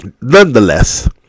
nonetheless